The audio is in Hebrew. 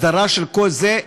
הסדרה של כל זה,